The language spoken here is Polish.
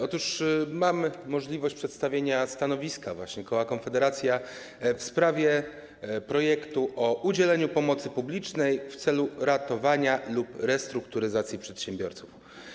Otóż mam możliwość przedstawienia stanowiska koła Konfederacja w sprawie projektu o udzielaniu pomocy publicznej w celu ratowania lub restrukturyzacji przedsiębiorców.